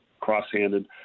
cross-handed